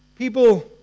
People